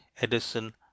Edison